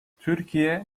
türkiye